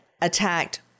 attacked